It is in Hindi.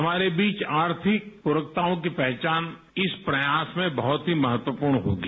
हमारे बीच आर्थिक प्रोक्ताओं की पहचान इस प्रयास में बहुत ही महत्वपूर्ण होगी